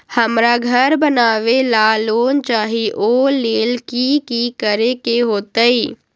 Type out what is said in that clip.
हमरा घर बनाबे ला लोन चाहि ओ लेल की की करे के होतई?